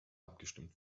abgestimmt